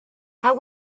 how